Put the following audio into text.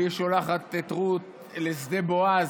והיא שולחת את רות לשדה בועז,